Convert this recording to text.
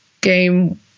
game